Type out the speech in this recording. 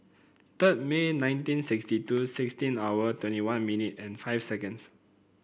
third May nineteen sixty two sixteen hour twenty one minute and five seconds